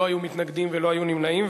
לא היו מתנגדים ולא היו נמנעים.